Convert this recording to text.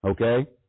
okay